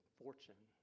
fortune